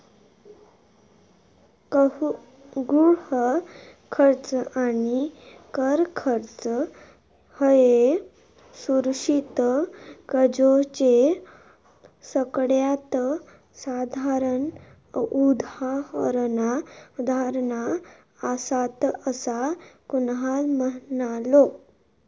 गृह कर्ज आणि कर कर्ज ह्ये सुरक्षित कर्जाचे सगळ्यात साधारण उदाहरणा आसात, असा कुणाल म्हणालो